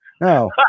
No